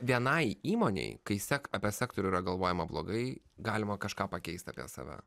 vienai įmonei kai sek apie sektorių yra galvojama blogai galima kažką pakeist apie save